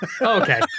Okay